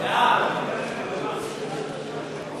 (הנהלת המשרד,